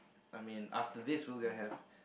I mean after this we're gonna have